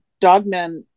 Dogmen